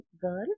girl